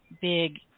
big